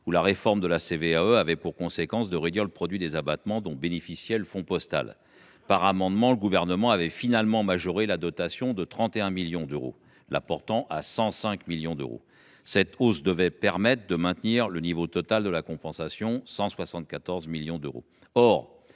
où la réforme de la CVAE avait eu pour conséquence de réduire le produit des abattements dont bénéficiait le fonds postal national de péréquation territoriale. Par amendement, le Gouvernement avait finalement majoré cette dotation de 31 millions d’euros, la portant à 105 millions d’euros. Cette hausse devait permettre de maintenir le niveau global de la compensation à 174 millions d’euros. Or,